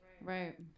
Right